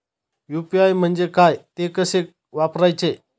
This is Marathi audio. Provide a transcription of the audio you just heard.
यु.पी.आय म्हणजे काय, ते कसे वापरायचे?